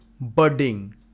budding